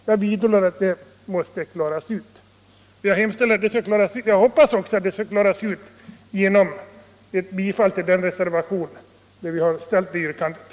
Jag vidhåller att den frågan måste klaras ut. Jag hoppas också att den kommer att klaras ut genom bifall till vår reservation på den punkten.